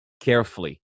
carefully